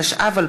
התשע"ו 2016,